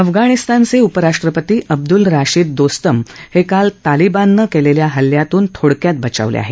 अफगाणिस्तानचे उपराष्ट्रपती अब्दुल राशिद दोस्तम हे काल तालिबाननं केलेल्या हल्ल्यातून थोडक्यात बचावले आहेत